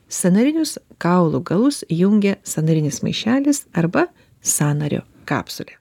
sąnarinius kaulų galus jungia sąnarinis maišelis arba sąnario kapsulė